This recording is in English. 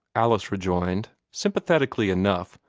alice rejoined, sympathetically enough,